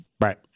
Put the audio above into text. Right